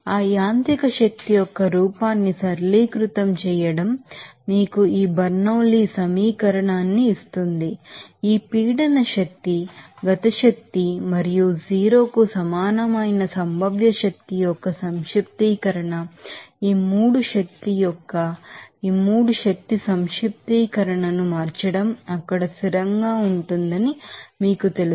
ఆ యాంత్రిక శక్తి యొక్క రూపాన్ని సరళీకృతం చేయడం మీకు ఈ బెర్నౌలీ సమీకరణాన్ని ఇస్తుంది ఈ ప్రెషర్ ఎనర్జీ కైనెటిక్ ఎనెర్జి మరియు 0కు సమానమైన పొటెన్షియల్ ఎనెర్జి యొక్క సమేషన్ ఈ 3 శక్తి యొక్క ఈ 3 ఎనెర్జి సమేషన్ ను మార్చడం అక్కడ స్థిరంగా ఉంటుందని మీకు తెలుసు